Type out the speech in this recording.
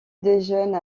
déjeune